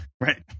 Right